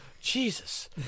Jesus